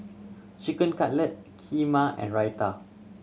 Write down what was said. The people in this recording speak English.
Chicken Cutlet Kheema and Raita